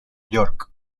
york